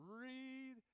read